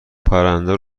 پرنده